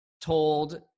told